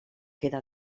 queda